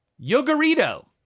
Yogurito